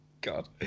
god